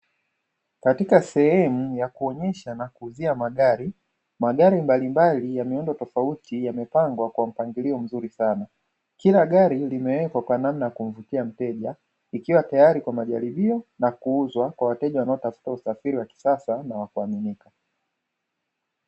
Katika sehemu ya kuonyesha na kuuzia magari, magari mbalimbali ya miundo tofauti yamepangwa kwa mpangilio mzuri sana. Kila gari limewekwa kwa namna ya kumvutia mteja ikiwa tayari kwa majaribio na kuuzwa kwa wateja wanaotafuta usafiri wa kisasa na wa kuaminika.